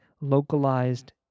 localized